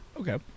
Okay